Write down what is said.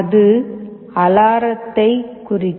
அது அலாரத்தைக் குறிக்கும்